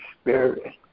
Spirit